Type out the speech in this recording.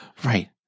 Right